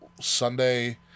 sunday